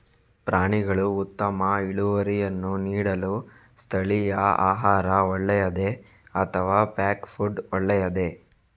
ಪ್ರಾಣಿಗಳು ಉತ್ತಮ ಇಳುವರಿಯನ್ನು ನೀಡಲು ಸ್ಥಳೀಯ ಆಹಾರ ಒಳ್ಳೆಯದೇ ಅಥವಾ ಪ್ಯಾಕ್ ಫುಡ್ ಒಳ್ಳೆಯದೇ?